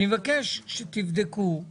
אני מבקש שתבדקו את